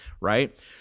Right